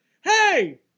Hey